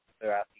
throughout